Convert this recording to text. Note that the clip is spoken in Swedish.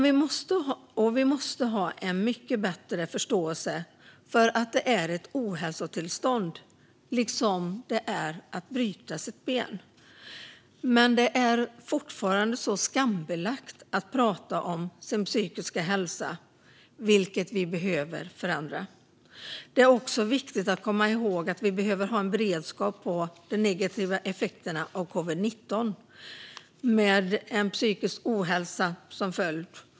Vi måste ha en mycket bättre förståelse för att psykisk ohälsa är ett ohälsotillstånd på samma sätt som om man bryter ett ben. Men det är fortfarande så skambelagt att prata om sin psykiska hälsa. Detta behöver vi förändra. Det är också viktigt att komma ihåg att vi behöver ha en beredskap för de negativa effekterna av covid-19 med psykisk ohälsa som följd.